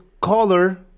color